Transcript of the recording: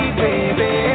baby